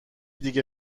دیگه